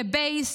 לבייס,